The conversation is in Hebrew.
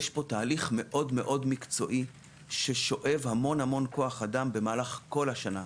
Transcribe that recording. יש פה תהליך מאוד מקצועי ששואב המון כוח אדם במהלך כל השנה.